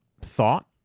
thought